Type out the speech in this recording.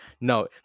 no